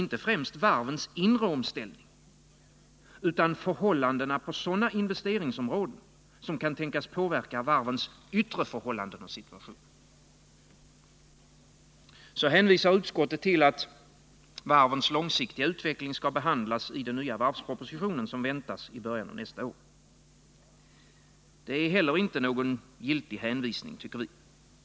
inte främst varvens inre omställning utan förhållandena på sådana investeringsområden som kan tänkas påverka varvens yttre förhållanden och situation. Så hänvisar utskottet till att varvens långsiktiga utveckling skall behandlas i den nya varvspropositionen, som väntas i början av nästa år. Det är, enligt vår åsikt, inte heller någon giltig hänvisning.